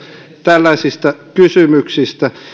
tällaisista kysymyksistä